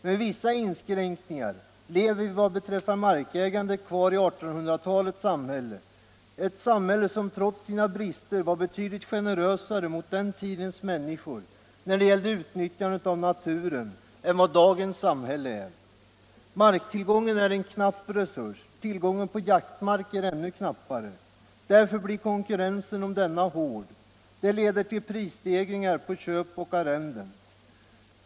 Med vissa inskränkningar lever vi vad beträffar markägandet kvar i 1800-talets samhälle, ett samhälle som trots sina brister var betydligt generösare mot människorna när det gällde utnyttjandet av naturen än vad dagens samhälle är. Marktillgången är en knapp resurs. Tillgången på jaktmark är ännu knappare, och därför blir konkurrensen om denna hård. Det leder till prisstegringar på köp och arrenden.